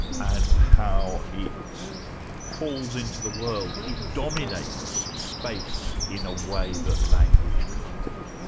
and how it falls into the world, it dominates space in a way that language can't.